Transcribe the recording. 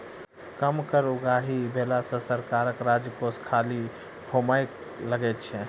कम कर उगाही भेला सॅ सरकारक राजकोष खाली होमय लगै छै